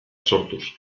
sortuz